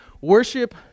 Worship